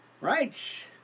Right